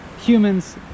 humans